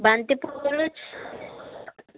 బంతి పువ్వులు